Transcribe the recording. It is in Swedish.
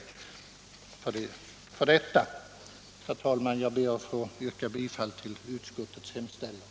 Herr talman! Jag ber att få yrka bifall till utskottets hemställan.